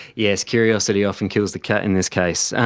yes, curiosity often kills the cat in this case.